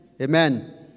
amen